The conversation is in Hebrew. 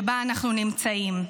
שבה אנחנו נמצאים.